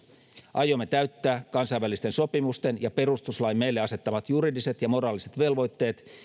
aiomme täyttää kansainvälisten sopimusten ja perustuslain meille asettamat juridiset ja moraaliset velvoitteet